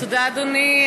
תודה, אדוני.